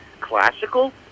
classical